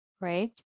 right